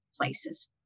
places